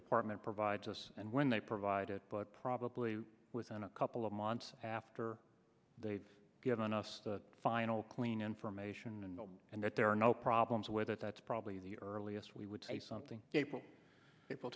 department provides us and when they provide it but probably within a couple of months after they've given us the final clean information and that there are no problems with it that's probably the earliest we would say something